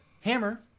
hammer